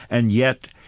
and yet,